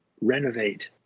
renovate